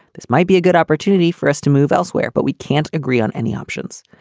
this might be a good opportunity for us to move elsewhere, but we can't agree on any options.